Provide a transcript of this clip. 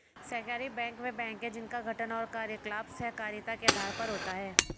सहकारी बैंक वे बैंक हैं जिनका गठन और कार्यकलाप सहकारिता के आधार पर होता है